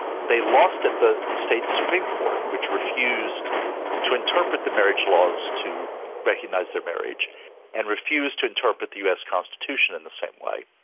they lost at the state's supreme court which refused to interpret the marriage laws to recognise their marriage and refused to interpret the us constitution in the same way.